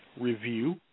review